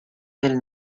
del